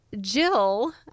Jill